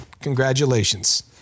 Congratulations